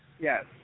Yes